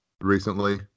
recently